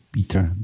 Peter